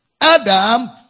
Adam